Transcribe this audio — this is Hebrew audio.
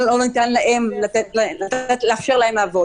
לארגונים.